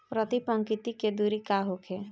प्रति पंक्ति के दूरी का होखे?